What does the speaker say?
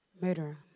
murderer